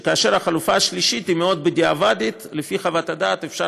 החלופה השלישית היא מאוד "בדיעבדית" לפי חוות הדעת אפשר